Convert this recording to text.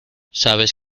sabes